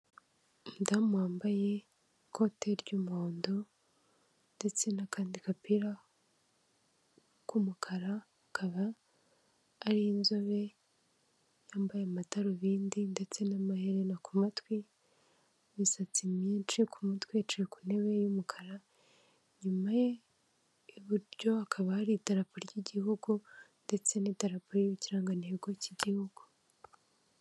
Umudamu wambaye ikote ry'umuhondo ndetse n'akandi gapira k'umukara, akaba ari inzobe, yambaye amadarubindi ndetse n'amaherena ku matwi n'imisatsi myinshi ku mutwe, yicaye ku ntebe y'umukara, inyuma ye iburyo hakaba hari idarapo ry'igihugu ndetse n'idarapo ririho ikirangantego cy'igihugu.